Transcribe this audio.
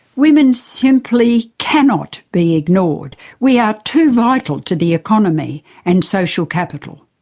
women simply cannot be ignored we are too vital to the economy and social capital.